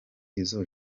izo